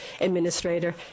administrator